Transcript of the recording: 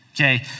Okay